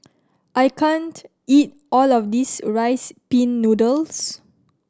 I can't eat all of this Rice Pin Noodles